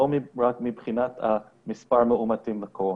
לא רק מבחינת מספר מאומתים בקורונה.